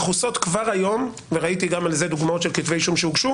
מכוסות כבר היום וראיתי גם על זה דוגמאות של כתבי אישום שהוגשו